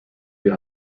wir